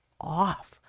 off